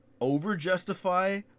over-justify